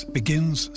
begins